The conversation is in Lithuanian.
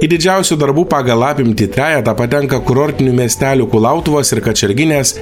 į didžiausių darbų pagal apimtį trejetą patenka kurortinių miestelių kulautuvos ir kačerginės